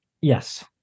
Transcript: Yes